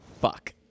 fuck